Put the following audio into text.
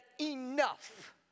enough